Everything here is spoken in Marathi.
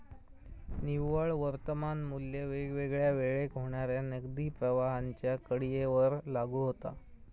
निव्वळ वर्तमान मू्ल्य वेगवेगळ्या वेळेक होणाऱ्या नगदी प्रवाहांच्या कडीयेवर लागू होता